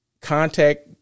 contact